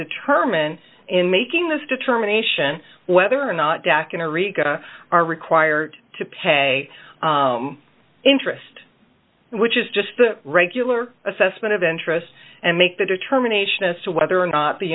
determine in making this determination whether or not dakka reka are required to pay interest which is just a regular assessment of interest and make the determination as to whether or not the